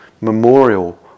memorial